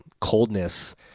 coldness